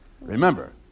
Remember